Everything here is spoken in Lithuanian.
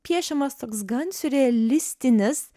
piešiamas toks gan siurrealistinis